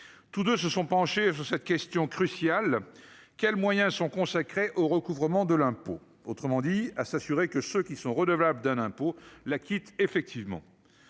tous 2 se sont penchés sur cette question cruciale : quels moyens sont consacrés au recouvrement de l'impôt, autrement dit à s'assurer que ceux qui sont redevables d'un impôt la quitte effectivement